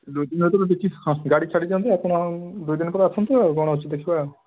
ଦୁଇ ଦିନ ଭିତରେ ଦେଖି ହଁ ଗାଡ଼ି ଛାଡ଼ି ଦିଅନ୍ତୁ ଆପଣ ଦୁଇ ଦିନ ପରେ ଆସନ୍ତୁ କ'ଣ ହେଇଛି ଦେଖିବା